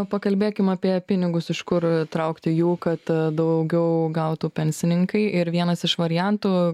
pakalbėkim apie pinigus iš kur traukti jų kad daugiau gautų pensininkai ir vienas iš variantų